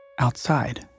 Outside